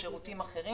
אבל